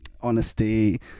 Honesty